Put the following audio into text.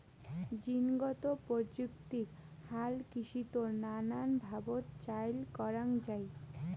জীনগত প্রযুক্তিক হালকৃষিত নানান ভাবত চইল করাঙ যাই